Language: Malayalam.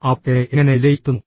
അവർ എന്നെ എങ്ങനെ വിലയിരുത്തുന്നു